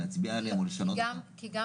להצביע עליהן או לשנות אותן --- כי גם